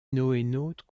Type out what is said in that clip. noénautes